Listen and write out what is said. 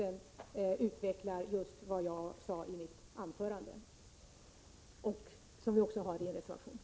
Vi utvecklar i denna text vad jag sade i mitt anförande. Vi har även tagit upp detta i reservation 2.